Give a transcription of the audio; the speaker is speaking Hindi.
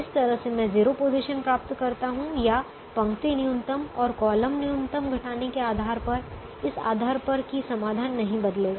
जिस तरह से मैं 0 पोजीशन प्राप्त करता हूं या पंक्ति न्यूनतम और कॉलम न्यूनतम घटाने के आधार पर इस आधार पर कि समाधान नहीं बदलेगा